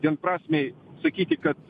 vienprasmiai sakyti kad